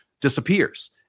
disappears